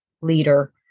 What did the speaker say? leader